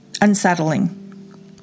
unsettling